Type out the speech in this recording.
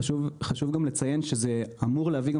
חשוב גם לציין שזה אמור להביא גם